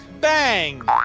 Bang